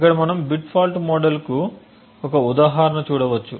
ఇక్కడ మనము bit fault model కు ఒక ఉదాహరణ చూడవచ్చు